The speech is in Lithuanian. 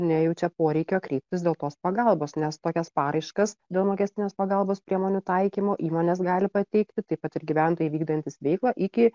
nejaučia poreikio kreiptis dėl tos pagalbos nes tokias paraiškas dėl mokestinės pagalbos priemonių taikymo įmonės gali pateikti taip pat ir gyventojai vykdantys veiklą iki